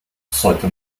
sollte